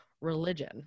religion